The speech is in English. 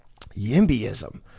Yimbyism